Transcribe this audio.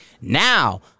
Now